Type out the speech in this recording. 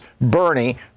Bernie